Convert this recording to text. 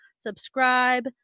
subscribe